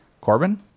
Corbin